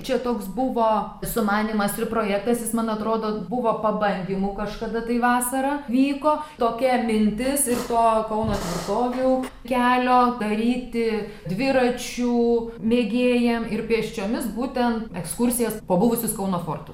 čia toks buvo sumanymas ir projektas jis man atrodo buvo pabandymu kažkada tai vasarą vyko tokia mintis ir to kauno tvirtovių kelio daryti dviračių mėgėjam ir pėsčiomis būtent ekskursijas po buvusius kauno fortus